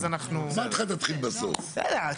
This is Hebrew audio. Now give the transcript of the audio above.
בסדר.